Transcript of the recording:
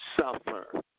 suffer